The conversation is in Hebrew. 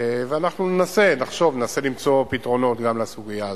אנחנו נחשוב וננסה למצוא פתרונות גם לסוגיה הזאת.